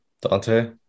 Dante